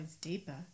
deeper